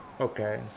okay